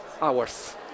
hours